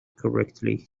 correctly